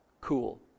cool